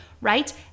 right